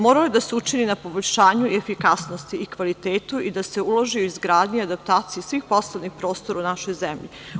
Moralo je da se učini na poboljšanju efikasnosti i kvalitetu i da se uloži u izgradnju i adaptaciju svih poslovnih prostora u našoj zemlji.